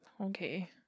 okay